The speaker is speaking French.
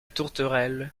tourterelle